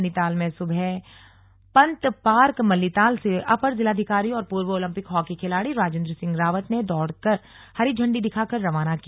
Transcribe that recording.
नैनीताल में पंत पार्क मल्लीताल से अपर जिलाधिकारी और पूर्व ओलम्पिक हॉकी खिलाड़ी राजेन्द्र सिंह रावत ने दौड़ को हरी झण्डी दिखाकर रवाना किया